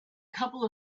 couple